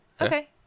Okay